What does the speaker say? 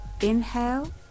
Inhale